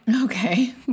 Okay